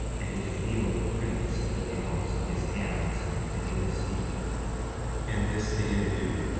and did feel the prints of the nails in his hands and in his feet and this they did do,